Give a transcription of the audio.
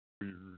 Weird